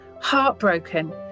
heartbroken